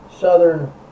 southern